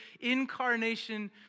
incarnation